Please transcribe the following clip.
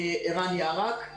ערן ירק.